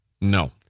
No